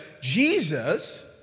Jesus